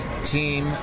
team